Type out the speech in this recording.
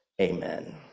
Amen